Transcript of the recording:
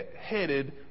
headed